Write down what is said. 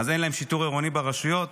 אז אין להם שיטור עירוני ברשויות.